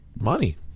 money